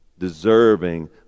Deserving